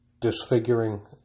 disfiguring